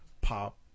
pop